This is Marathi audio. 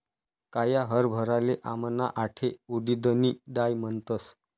काया हरभराले आमना आठे उडीदनी दाय म्हणतस